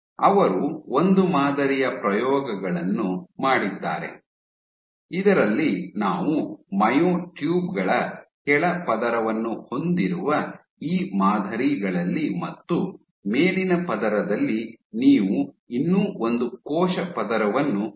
ಅವರು ಒಂದು ಮಾದರಿಯ ಪ್ರಯೋಗಗಳನ್ನು ಮಾಡಿದ್ದಾರೆ ಇದರಲ್ಲಿ ನಾವು ಮಯೋಟ್ಯೂಬ್ ಗಳ ಕೆಳ ಪದರವನ್ನು ಹೊಂದಿರುವ ಈ ಮಾದರಿಗಳಲ್ಲಿ ಮತ್ತು ಮೇಲಿನ ಪದರದಲ್ಲಿ ನೀವು ಇನ್ನೂ ಒಂದು ಕೋಶ ಪದರವನ್ನು ಸೇರಿಸುತ್ತೀರಿ